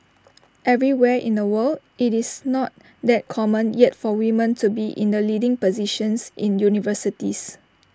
everywhere in the world IT is not that common yet for women to be in the leading positions in universities